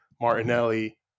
Martinelli